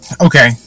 Okay